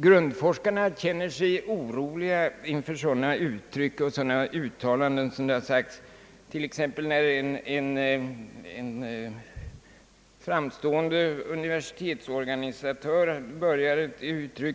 Grundforskarna känner sig oroliga inför uttalanden av den typ som t.ex. en framstående universitetsorganisatör inledde